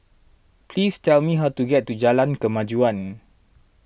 please tell me how to get to Jalan Kemajuan